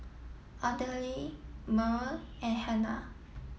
Ardelle Merl and Hanna